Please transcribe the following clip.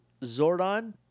Zordon